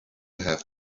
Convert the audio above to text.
have